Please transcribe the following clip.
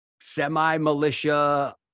semi-militia